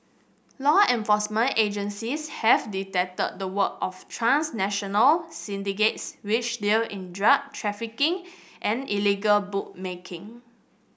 law enforcement agencies have detected the work of transnational syndicates which deal in drug trafficking and illegal bookmaking